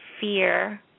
fear